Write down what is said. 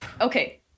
Okay